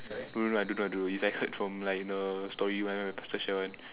no no I don't know is like heard from like the story one the special one